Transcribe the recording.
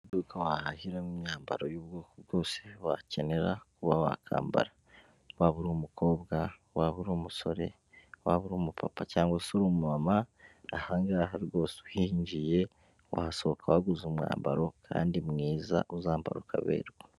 Iduka wahahiramo imyambaro y'ubwoko bwose wakenera kuba wakambara waba uri umukobwa, waba uri umusore, waba uri umupapa cyangwa se uri umumama, aha ngaha rwose uhinjiye wahasohoka waguze umwambaro kandi mwiza uzambara ukaberwa.